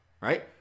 right